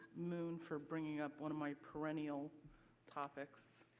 moon for bringing up one of my perennial topics.